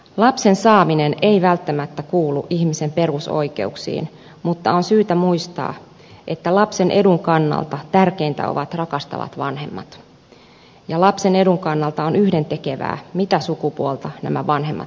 lapsen saaminen ei välttämättä kuulu ihmisen perusoikeuksiin mutta on syytä muistaa että lapsen edun kannalta tärkeintä ovat rakastavat vanhemmat ja lapsen edun kannalta on yhdentekevää mitä sukupuolta nämä vanhemmat edustavat